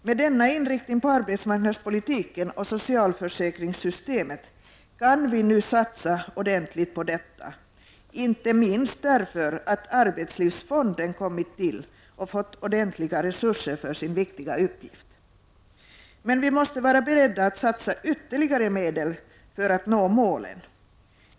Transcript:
Med denna inriktning på arbetsmarknadspolitiken och socialförsäkringssystemet kan vi nu satsa ordentligt på detta, inte minst därför att arbetslivsfonden kommit till och fått ordentliga resurser för sin viktiga uppgift. Men vi måste vara beredda att satsa ytterligare medel för att nå målen.